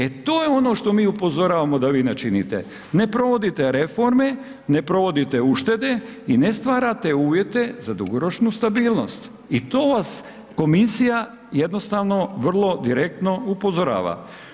E to je ono što mi upozoravamo da vi ne činite, ne provodite reforme, ne provodite uštede i ne stvarate uvjete za dugoročnu stabilnost i to vas komisija jednostavno vrlo direktno upozorava.